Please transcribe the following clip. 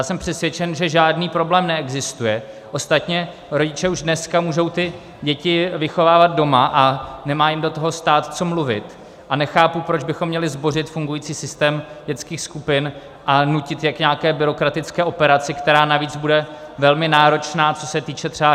Jsem přesvědčen, že žádný problém neexistuje, ostatně rodiče už dneska můžou ty děti vychovávat doma a nemá jim do toho stát co mluvit, a nechápu, proč bychom měli zbořit fungující systém dětských skupin a nutit je k nějaké byrokratické operaci, která navíc bude velmi náročná, co se týče třeba hygienických norem.